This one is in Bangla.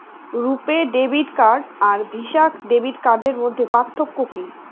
রূপে ডেবিট কার্ড আর ভিসা ডেবিট কার্ডের মধ্যে পার্থক্য কি?